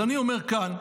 אז אני אומר כאן,